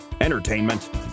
entertainment